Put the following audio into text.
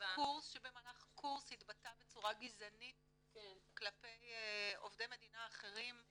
שבמהלך קורס התבטא בצורה גזענית כלפי עובדי מדינה אחרים,